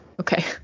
Okay